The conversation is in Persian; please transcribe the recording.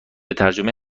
ترجمه